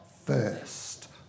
first